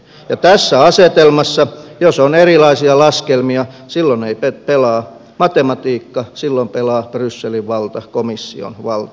ja tässä asetelmassa jos on erilaisia laskelmia silloin ei pelaa matematiikka silloin pelaa brysselin valta komission valta